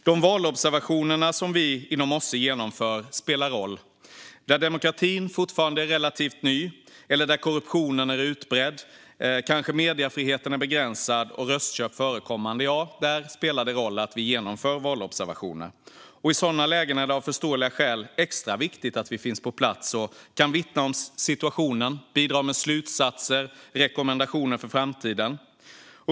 De valobservationer som vi inom OSSE genomför spelar en roll där demokratin fortfarande är relativt ny, där korruptionen är utbredd, där mediefriheten är begränsad eller där röstköp är förekommande. Där spelar det roll att vi genomför valobservationer. I sådana lägen är det av förståeliga skäl extra viktigt att vi finns på plats och kan vittna om situationen och bidra med slutsatser och rekommendationer för framtiden.